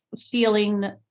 feeling